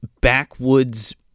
backwoods